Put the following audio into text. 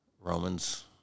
Romans